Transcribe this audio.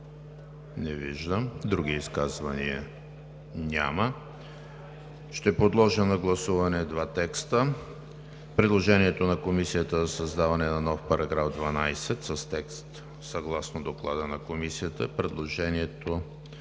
Не виждам. Други изказвания? Няма. Ще подложа на гласуване два текста: предложението на Комисията за създаване на нов § 12 с текст съгласно Доклада на Комисията; предложението